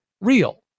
real